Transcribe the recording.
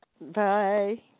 Bye